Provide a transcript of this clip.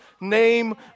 name